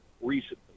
recently